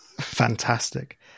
Fantastic